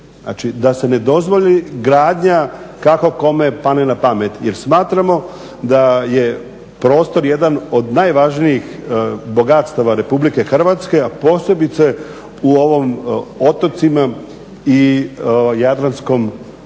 znači da se ne dozvoli gradnja kako kome padne na pomet jer smatramo da je prostor jedan od najvažnijih bogatstava RH a posebice u ovom otocima i Jadranskom priobalju.